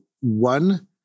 One